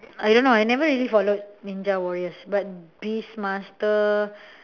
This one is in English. I don't know I never really followed ninja warriors but beast master